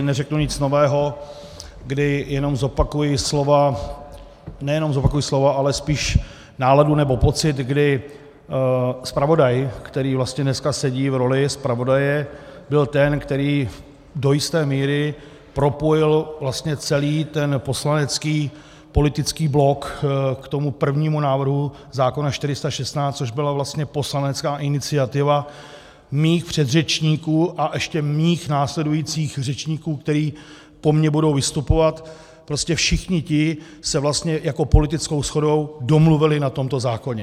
Neřeknu nic nového, jen zopakuji slova, nejen zopakuji slova, ale spíše náladu nebo pocit, kdy zpravodaj, který vlastně dneska sedí v roli zpravodaje, byl ten, který do jisté míry propojil vlastně celý ten poslanecký politický blok k tomu prvnímu návrhu zákona 416, což byla vlastně poslanecká iniciativa mých předřečníků a ještě mých následujících řečníků, kteří po mně budou vystupovat, prostě všichni ti se vlastně jako politickou shodou domluvili na tomto zákoně.